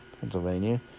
Pennsylvania